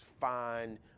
fine